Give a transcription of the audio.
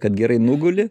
kad gerai nuguli